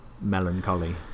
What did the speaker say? melancholy